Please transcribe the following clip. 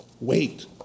wait